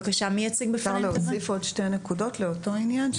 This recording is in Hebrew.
אפשר להוסיף עוד שתי נקודות לאותו עניין,